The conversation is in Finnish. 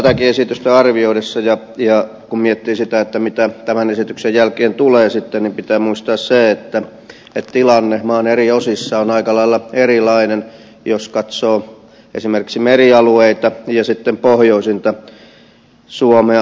tätäkin esitystä arvioidessa kun miettii sitä mitä tämän esityksen jälkeen sitten tulee pitää muistaa se että tilanne maan eri osissa on aika lailla erilainen jos katsoo esimerkiksi merialueita ja sitten pohjoisinta suomea